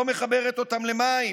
לא מחברת אותם למים,